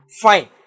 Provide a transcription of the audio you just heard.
fine